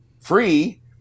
Free